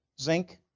Zinc